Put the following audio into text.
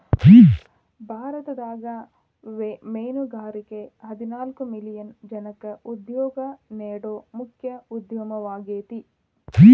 ಭಾರತದಾಗ ಮೇನುಗಾರಿಕೆ ಹದಿನಾಲ್ಕ್ ಮಿಲಿಯನ್ ಜನಕ್ಕ ಉದ್ಯೋಗ ನೇಡೋ ಮುಖ್ಯ ಉದ್ಯಮವಾಗೇತಿ